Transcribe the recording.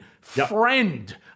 friend